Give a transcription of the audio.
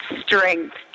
strength